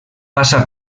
passa